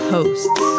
Hosts